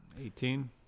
eighteen